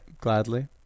gladly